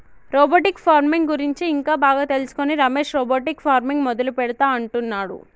robotic farming గురించి ఇంకా బాగా తెలుసుకొని రమేష్ రోబోటిక్ ఫార్మింగ్ మొదలు పెడుతా అంటున్నాడు